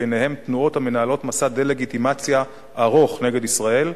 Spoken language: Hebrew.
וביניהם תנועות המנהלות מסע דה-לגיטימציה ארוך נגד ישראל,